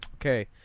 Okay